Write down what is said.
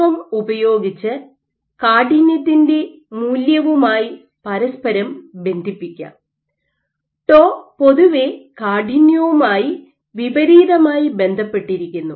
M ഉപയോഗിച്ച് കാഠിന്യത്തിന്റെ മൂല്യവുമായി പരസ്പരം ബന്ധിപ്പിക്കാം ടോ പൊതുവെ കാഠിന്യവുമായി വിപരീതമായി ബന്ധപ്പെട്ടിരിക്കുന്നു